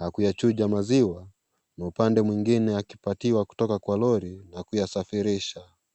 ya kuyachuja maziwa, na upande mwingine yakipakiwa kutoka kwa lori na kuyasafirisha.